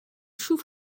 choux